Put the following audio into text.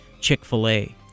Chick-fil-A